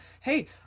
hey